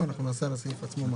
סעיף 36001, התעסוקה.